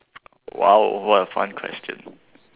!wow! what a fun question